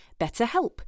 BetterHelp